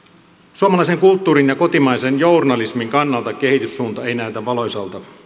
suomalaisen kulttuurin ja kotimaisen journalismin kannalta kehityssuunta ei näytä valoisalta